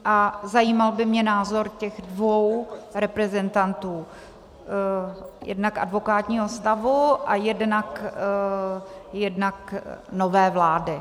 A zajímal by mě názor těch dvou reprezentantů, jednak advokátního stavu a jednak nové vlády.